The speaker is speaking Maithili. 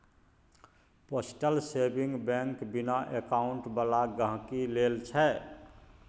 पोस्टल सेविंग बैंक बिना अकाउंट बला गहिंकी लेल छै